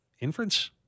inference